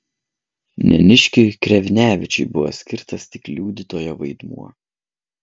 neniškiui krevnevičiui buvo skirtas tik liudytojo vaidmuo